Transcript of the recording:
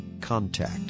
Contact